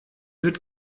wird